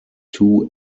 two